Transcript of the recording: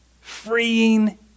freeing